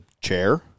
chair